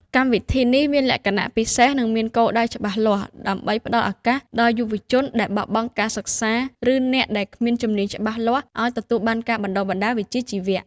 កម្មវិធីនេះមានលក្ខណៈពិសេស និងមានគោលដៅច្បាស់លាស់ដើម្បីផ្តល់ឱកាសដល់យុវជនដែលបោះបង់ការសិក្សា ឬអ្នកដែលគ្មានជំនាញច្បាស់លាស់ឱ្យទទួលបានការបណ្តុះបណ្តាលវិជ្ជាជីវៈ។